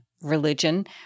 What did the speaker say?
religion